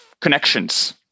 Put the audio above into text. connections